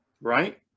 right